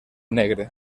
negre